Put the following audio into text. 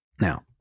Now